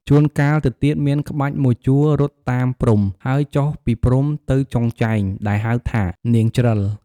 ជួនកាលទៅទៀតមានក្បាច់មួយជួររត់តាមព្រំ ហើយចុះពីព្រំទៅចុងចែង ដែលហៅថា “នាងច្រិល”។